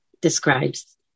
describes